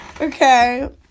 Okay